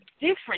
different